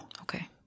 Okay